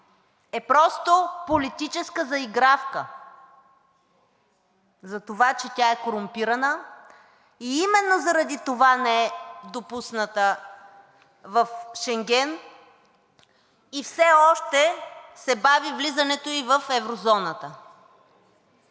е просто политическа заигравка за това, че тя е корумпирана и именно заради това не е допусната в Шенген и все още се бави влизането и в еврозоната.